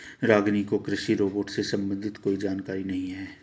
रागिनी को कृषि रोबोट से संबंधित कोई जानकारी नहीं है